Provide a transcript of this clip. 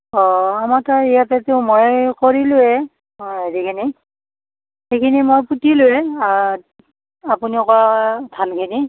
অ' আমাৰটো ইয়াতেটো মই কৰিলোঁয়ে অ' হেৰিখিনি সেইখিনি মই কুটিলোঁয়ে আপোনালোকৰ ধানখিনি